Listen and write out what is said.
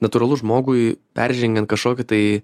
natūralu žmogui peržengiant kažkokį tai